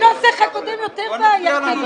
הנוסח הקודם יותר בעייתי.